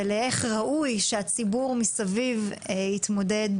ואיך ראוי שהציבור הסובב יתמודד